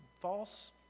false